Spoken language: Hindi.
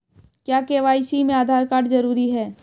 क्या के.वाई.सी में आधार कार्ड जरूरी है?